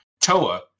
Toa